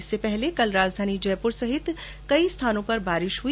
इससे पहले कल राजधानी जयपुर सहित कई स्थानों पर बारिश हुई